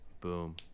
Boom